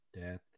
Death